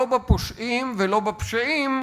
לא בפושעים ולא בפשעים,